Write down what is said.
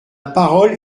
parole